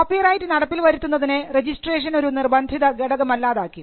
copyright നടപ്പിൽ വരുത്തുന്നതിന് registration ഒരു നിർബന്ധിത ഘടകമല്ലാതാക്കി